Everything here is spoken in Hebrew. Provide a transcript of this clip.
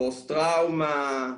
פוסט טראומה,